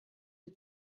die